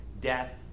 death